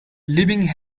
leaving